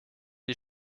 die